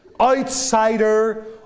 outsider